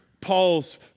Paul's